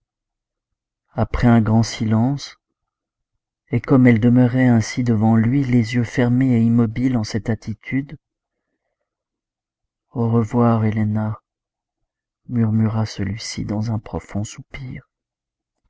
après un grand silence et comme elle demeurait ainsi devant lui les yeux fermés et immobile en cette attitude au revoir héléna murmura celui-ci dans un profond soupir